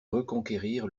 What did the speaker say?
reconquérir